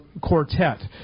quartet